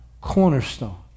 cornerstone